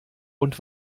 und